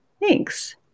Thanks